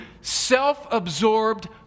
self-absorbed